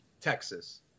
Texas